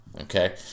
okay